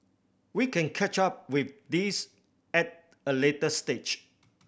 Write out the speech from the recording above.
we can catch up with this at a later stage